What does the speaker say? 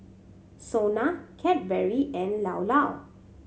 SONA Cadbury and Llao Llao